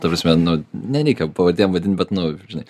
ta prasme nu nereikia pavardėm vadint bet nu žinai